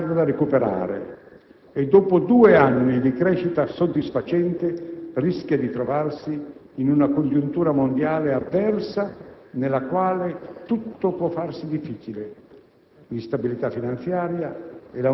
L'Italia ha un grave ritardo da recuperare e dopo due anni di crescita soddisfacente rischia di trovarsi in una congiuntura mondiale avversa nella quale tutto può farsi difficile.